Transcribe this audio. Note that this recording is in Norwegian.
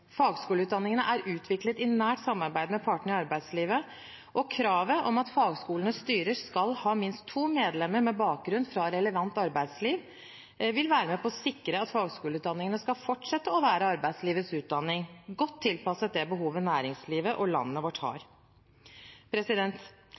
Fagskoleutdanningene er utviklet i nært samarbeid med partene i arbeidslivet. Kravet om at fagskolenes styrer skal ha minst to medlemmer med bakgrunn fra relevant arbeidsliv, vil være med på å sikre at fagskoleutdanningene fortsetter å være arbeidslivets utdanning, godt tilpasset det behovet næringslivet og landet vårt har.